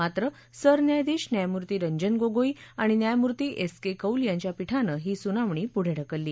मात्र सरन्यायाधीश न्यायमूर्ती रंजन गोगोई आणि आणि न्यायमूर्ती एस के कौल यांच्या पीठानं ही सुनावणी पुढे ढकलली